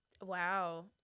Wow